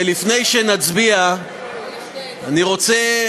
ולפני שנצביע אני רוצה,